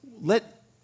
Let